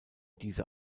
diese